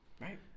Right